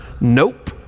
nope